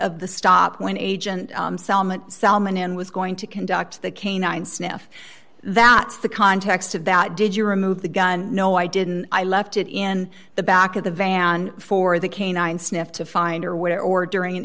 of the stop when agent solomon in was going to conduct the canine sniff that's the context of that did you remove the gun no i didn't i left it in the back of the van for the canine sniff to find or where or during an